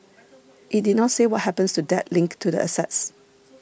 it did not say what happens to debt linked to the assets